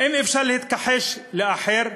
האם אפשר להתכחש לאחר,